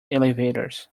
elevators